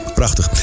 prachtig